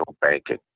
banking